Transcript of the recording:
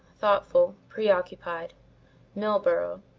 thoughtful, preoccupied milburgh,